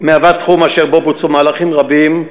תחום אשר בוצעו בו מהלכים רבים,